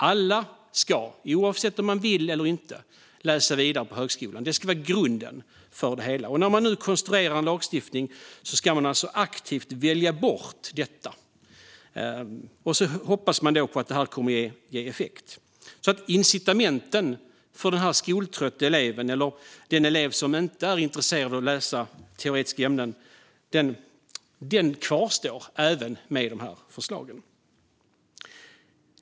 Alla ska, oavsett om de vill eller inte, läsa vidare på högskolan. Detta ska vara grunden för det hela. Nu konstrueras alltså en lagstiftning där detta ska väljas bort aktivt, och så hoppas man på att det kommer att ge effekt. Men incitamenten för skoltrötta elever och elever som inte är intresserade av att läsa teoretiska ämnen kvarstår även med förslagen.